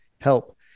help